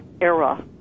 era